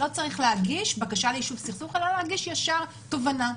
לא צריך להגיש בקשה ליישוב סכסוך אלא להגיש ישר תובענה.